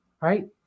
right